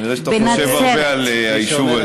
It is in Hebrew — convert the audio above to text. כנראה אתה חושב הרבה על היישוב הזה.